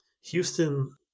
Houston